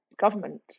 government